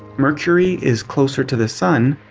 mercury is closer to the sun.